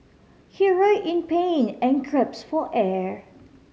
he writhed in pain and for air